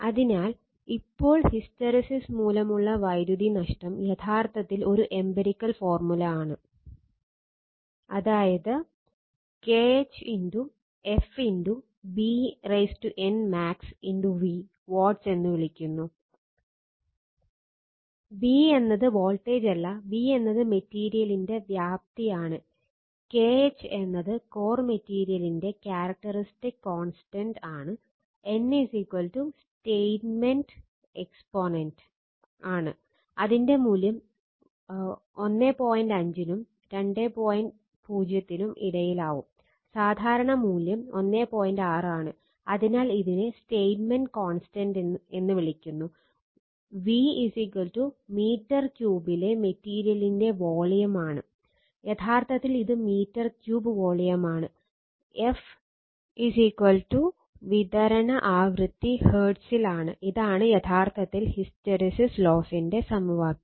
അതിനാൽ ഇപ്പോൾ ഹിസ്റ്റെറിസിസ് മൂലമുള്ള വൈദ്യുതി നഷ്ടം യഥാർത്ഥത്തിൽ ഒരു എമ്പേരിക്കൽ ഫോർമുല സമവാക്യം